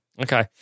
Okay